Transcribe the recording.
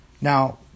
Now